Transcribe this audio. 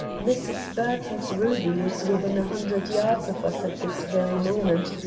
mrs. burton's ruby was within a hundred yards of us at this very moment,